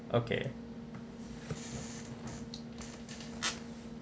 okay